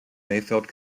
mayfield